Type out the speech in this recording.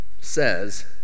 says